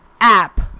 App